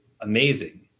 amazing